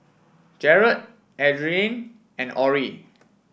Jered Adriene and Orrie